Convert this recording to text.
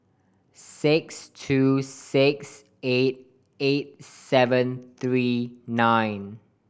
six two six eight eight seven three nine